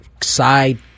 side